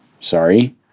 Sorry